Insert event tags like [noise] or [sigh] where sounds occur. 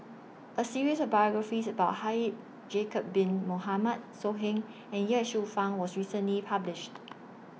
A series of biographies about Haji [unintelligible] Bin Mohamed So Heng and Ye Shufang was recently published